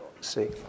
see